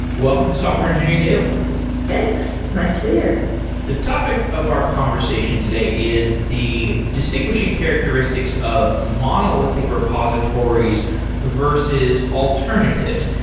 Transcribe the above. welcome to software engineering daily thanks. it's nice to be here the topic of our conversation today is the distinguishing characteristics of monolithic repositories versus alternatives.